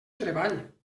treball